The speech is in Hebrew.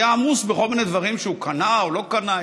היה עמוס בכל מיני דברים שהוא קנה או לא קנה,